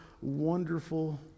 wonderful